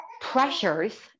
pressures